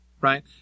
right